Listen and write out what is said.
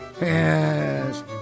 Yes